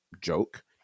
joke